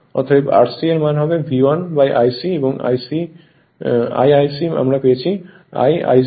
অতএব Rc এর মান হবে V1I c এবংI Ic আমরা পেয়েছি I I0 cos ∅ 0